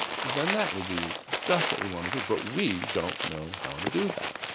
then that would be just what we want to do. but we don't know how to do that.